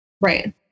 Right